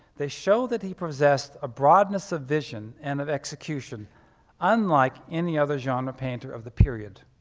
they show that he possessed a broadness of vision and of execution unlike any other genre painter of the period.